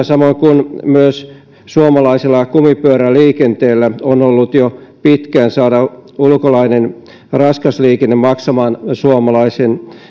samoin kuin myös suomalaisella kumipyöräliikenteellä on ollut jo pitkään tavoitteena saada ulkolainen raskas liikenne maksamaan